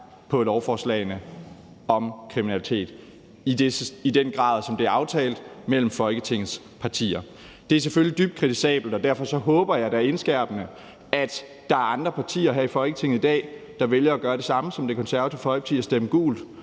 på lovforslagene, med hensyn til kriminalitet i den grad, som det er aftalt mellem Folketingets partier. Det er selvfølgelig dybt kritisabelt, og derfor håber jeg da indtrængende, at der er andre partier her i Folketinget i dag, der vælger at gøre det samme som Det Konservative Folkeparti og stemme gult.